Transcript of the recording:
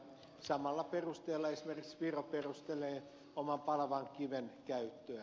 samalla perusteella esimerkiksi viro perustelee oman palavan kivensä käyttöä